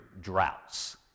droughts